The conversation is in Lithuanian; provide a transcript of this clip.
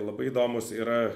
labai įdomus yra